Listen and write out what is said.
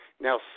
Now